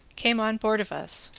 came on board of us,